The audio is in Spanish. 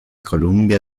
columbia